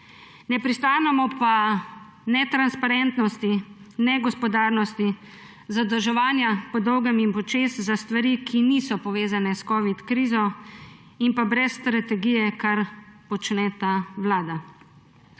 ne pristanemo pa na netransparentnost, negospodarnost, zadolževanja po dolgem in počez za stvari, ki niso povezane s covid krizo, in brez strategije, kar počne ta vlada.